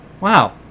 Wow